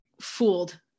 fooled